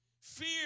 Fear